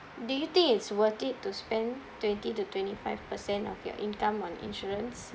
do you think it's worth it to spend twenty to twenty five percent of your income on insurance